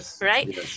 right